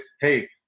hey